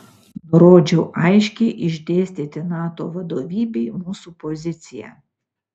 nurodžiau aiškiai išdėstyti nato vadovybei mūsų poziciją